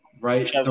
right